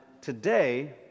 today